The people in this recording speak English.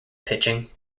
pitching